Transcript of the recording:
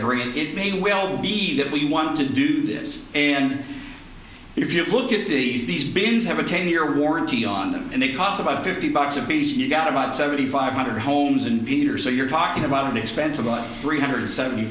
green it may well be that we want to do this and if you look at these these bins have a ten year warranty on them and they cost about fifty bucks apiece you got about seventy five hundred homes and beaters so you're talking about an expense of about three hundred seventy